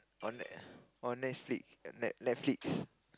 on on Netflix Netflixs